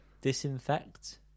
Disinfect